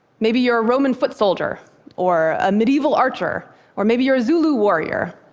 maybe you're a roman foot soldier or a medieval archer or maybe you're a zulu warrior.